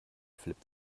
flip